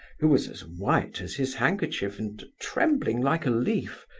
who was as white as his handkerchief, and trembling like a leaf.